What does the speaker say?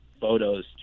photos